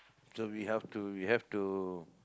so we have to we have to